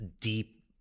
deep